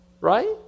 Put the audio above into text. right